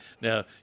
Now